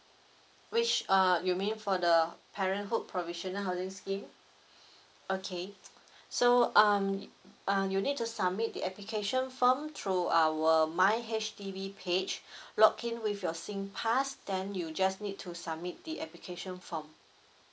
which uh you mean for the parenthood provisional housing scheme okay so um uh you need to submit the application form through our my H_D_B page login with your singpass then you just need to submit the application form